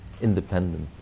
independent